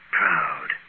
proud